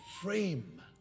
frame